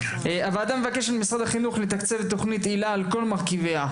הוועדה מבקשת ממשרד החינוך לתקצב את תוכנית היל"ה על כל מרכיביה,